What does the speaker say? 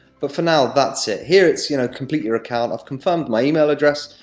but, for now, that's it. here it's, you know complete your account. i've confirmed my email address,